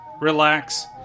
relax